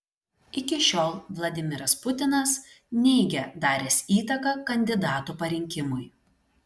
iki šiol vladimiras putinas neigia daręs įtaką kandidatų parinkimui